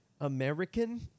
American